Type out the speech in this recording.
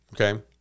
Okay